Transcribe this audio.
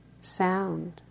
Sound